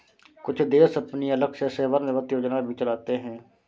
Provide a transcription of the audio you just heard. कुछ देश अपनी अलग से सेवानिवृत्त योजना भी चलाते हैं